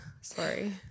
sorry